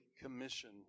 Commission